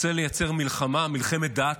רוצה לייצר מלחמה, מלחמת דת.